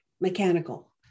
Mechanical